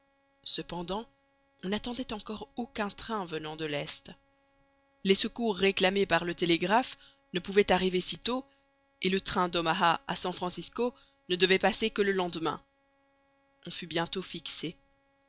cependant on n'attendait encore aucun train venant de l'est les secours réclamés par le télégraphe ne pouvaient arriver sitôt et le train d'omaha à san francisco ne devait passer que le lendemain on fut bientôt fixé